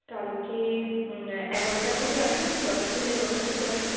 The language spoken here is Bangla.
কালকে এগারোটার দিকে আসুন দশটা থেকে এগারোটার দিকে আসুন